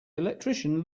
electrician